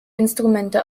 instrumente